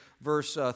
verse